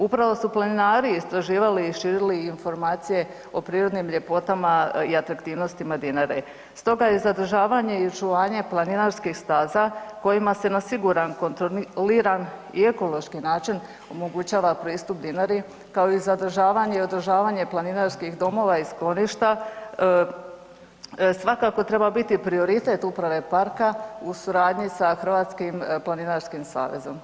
Upravo su planinari istraživali i širili informacije o prirodnim ljepotama i atraktivnostima Dinare stoga je zadržavanje i očuvanje planinarskih staza kojima se na siguran, kontroliran i ekološki način omogućava pristup Dinari kao i zadržavanje i održavanje planinarskih domova i skloništa, svakako treba b iti prioritet uprave parka u suradnji sa Hrvatskim planinarskim savezom.